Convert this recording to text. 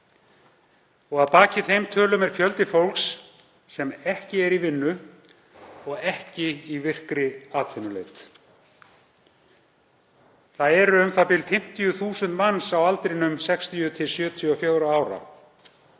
Að baki þeim tölum er fjöldi fólks sem ekki er í vinnu og ekki í virkri atvinnuleit, það eru u.þ.b. 50.000 manns á aldrinum 60–74 ára.